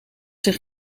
zich